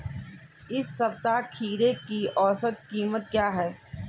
इस सप्ताह खीरे की औसत कीमत क्या है?